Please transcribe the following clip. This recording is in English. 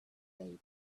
date